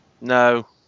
no